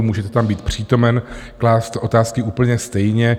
Můžete tam být přítomen, klást otázky úplně stejně.